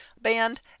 band